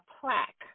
plaque